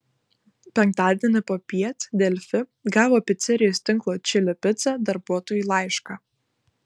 penktadienį popiet delfi gavo picerijos tinklo čili pica darbuotojų laišką